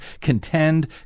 contend